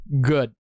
Good